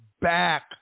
back